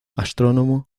astrónomo